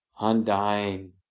undying